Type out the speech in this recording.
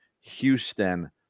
Houston